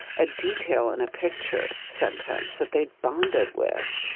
a detail in a picture sometimes that they bonded with.